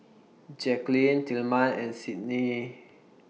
Jaquelin Tilman and Sydni